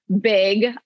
big